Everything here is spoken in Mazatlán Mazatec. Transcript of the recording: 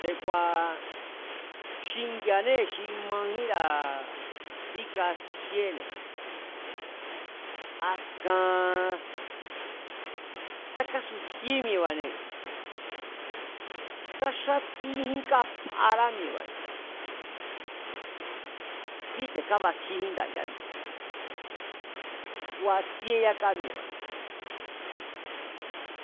Te̱ku̱a̱ xingi̱a̱anée̱ xi majínra̱ bíkatsjíéne̱, askan sá kasufíe mi̱e̱ba̱ne̱ sa xátíjín kafará mi̱e̱ba̱ne̱, kíte̱ kabatsjíéjín ndayá mi̱e̱ba̱ne̱ ku̱a̱tsie yaka mi̱e̱ba̱ne̱,